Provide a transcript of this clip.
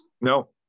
no